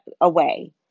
away